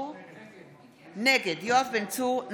נגד את הצבעת כבר.